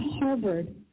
Harvard